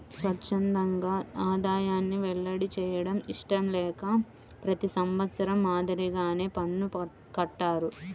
స్వఛ్చందంగా ఆదాయాన్ని వెల్లడి చేయడం ఇష్టం లేక ప్రతి సంవత్సరం మాదిరిగానే పన్ను కట్టాను